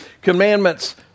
Commandments